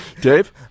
Dave